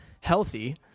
healthy